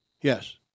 yes